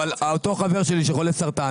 אותו חבר שלי שהוא חולה סרטן,